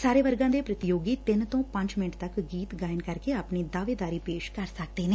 ਸਾਰੇ ਵਰਗਾਂ ਦੇ ਪ੍ਰਤੀਯੋਗੀ ਤਿੰਨ ਤੋਂ ਪੰਜ ਮਿੰਟ ਤੱਕ ਗੀਤ ਗਇਨ ਕਰਕੇ ਆਪਣੀ ਦਾਅਵੇਦਾਰੀ ਪੇਸ਼ ਕਰ ਸਕਦੇ ਨੇ